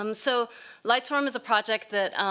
um so lightswarm is a project that